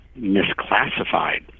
misclassified